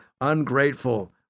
ungrateful